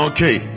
Okay